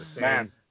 Man